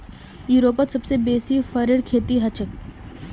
यूरोपत सबसे बेसी फरेर खेती हछेक